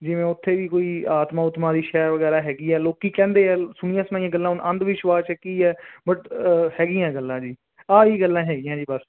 ਜਿਵੇਂ ਉੱਥੇ ਵੀ ਕੋਈ ਆਤਮਾ ਉਤਮਾ ਦੀ ਸ਼ੈ ਵਗੈਰਾ ਹੈਗੀ ਆ ਲੋਕ ਕਹਿੰਦੇ ਆ ਸੁਣੀਆਂ ਸੁਣਾਈਆਂ ਗੱਲਾਂ ਅੰਧ ਵਿਸ਼ਵਾਸ ਕੀ ਹੈ ਬਟ ਹੈਗੀਆਂ ਗੱਲਾਂ ਜੀ ਆਹੀ ਗੱਲਾਂ ਹੈਗੀਆਂ ਜੀ ਬਸ